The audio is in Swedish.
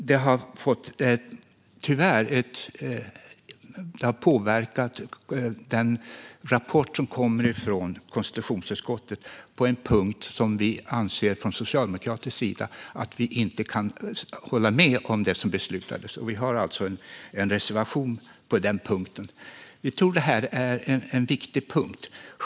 Det har tyvärr påverkat konstitutionsutskottets betänkande på en punkt där vi från socialdemokratisk sida anser att vi inte kan hålla med om det som beslutades. Vi har alltså en reservation på den punkten. Vi tror att detta är en viktig punkt.